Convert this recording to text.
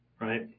right